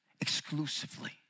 exclusively